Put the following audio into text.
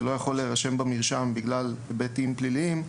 ולא יכול להירשם במרשם בגלל היבטים פליליים,